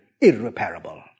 irreparable